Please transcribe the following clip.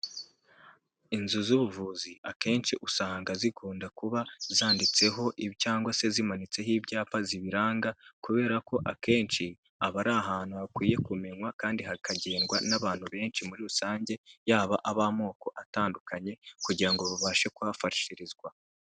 Inzu z'ubuvuzi akenshi usanga zikunda kuba zanditseho ibi cyangwa se zimanitseho ibyapa zibiranga kubera ko akenshi aba ari ahantu hakwiye kumenywa kandi hakagendwa n'abantu benshi muri rusange yaba ab'amoko atandukanye kugirango ngo babashe kuhafashirizwa.